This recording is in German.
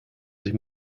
sich